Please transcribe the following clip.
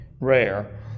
rare